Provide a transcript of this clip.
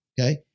Okay